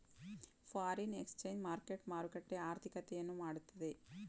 foreign exchange market ಮಾರುಕಟ್ಟೆ ಆರ್ಥಿಕತೆಯನ್ನು ಮಾಡುತ್ತವೆ